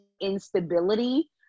instability